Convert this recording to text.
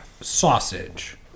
Sausage